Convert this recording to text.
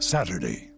Saturday